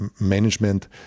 management